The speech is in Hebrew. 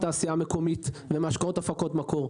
התעשייה המקומית ומהשקעות בהפקות מקור.